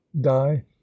die